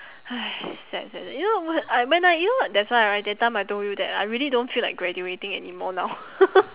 !hais! sad sad you know what I when I you know that's why right that time I told you that I really don't feel like graduating anymore now